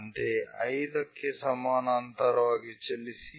ಅಂತೆಯೇ 5 ಕ್ಕೆ ಸಮಾನಾಂತರವಾಗಿ ಚಲಿಸಿ